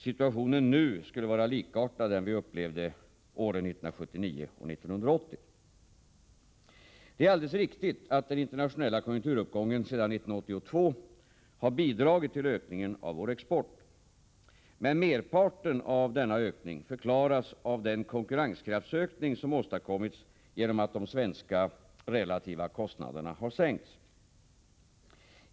Situationen nu skulle vara likartad den vi upplevde 1979-1980. Det är alldeles riktigt att den internationella konjunkturuppgången sedan 1982 bidragit till ökningen av vår export. Men merparten av denna ökning förklaras av den konkurrenskraftsökning som åstadkommits genom att de svenska relativa kostnaderna sänkts.